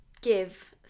give